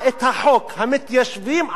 המתיישבים עשו את החוק.